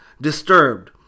disturbed